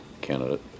candidate